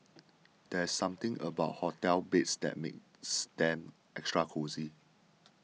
there's something about hotel beds that makes them extra cosy